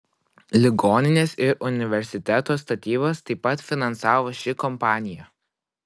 ligoninės ir universiteto statybas taip pat finansavo ši kompanija